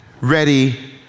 Ready